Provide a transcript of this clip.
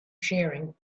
sharing